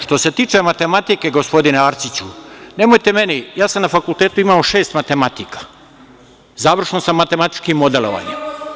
Što se tiče matematike, gospodine Arsiću, nemojte meni, ja sam na fakultetu imao šest matematika, završno sa matematičkim modelovanjem.